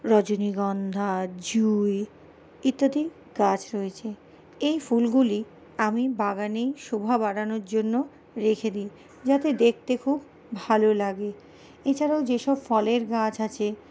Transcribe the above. রজনীগন্ধা জুঁই ইত্যাদি গাছ রয়েছে এই ফুলগুলি আমি বাগানে শোভা বাড়ানোর জন্য রেখে দিই যাতে দেখতে খুব ভালো লাগে এছাড়াও যেসব ফলের গাছ আছে